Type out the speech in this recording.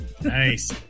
nice